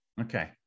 Okay